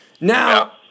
Now